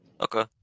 Okay